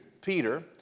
Peter